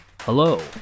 Hello